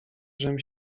żem